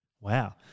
Wow